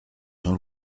jean